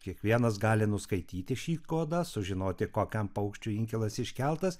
kiekvienas gali nuskaityti šį kodą sužinoti kokiam paukščiui inkilas iškeltas